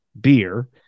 beer